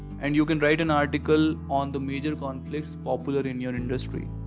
and you can write an article on the major conflicts popular in your industry.